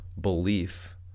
belief